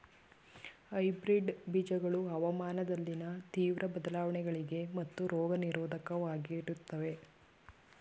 hybrid ಬೀಜಗಳು ಹವಾಮಾನದಲ್ಲಿನ ತೀವ್ರ ಬದಲಾವಣೆಗಳಿಗೆ ಮತ್ತು ರೋಗ ನಿರೋಧಕವಾಗಿರುತ್ತವೆ